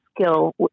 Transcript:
skill